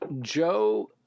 Joe